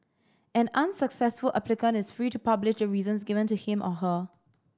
an unsuccessful applicant is free to publish the reasons given to him or her